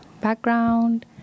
background